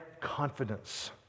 confidence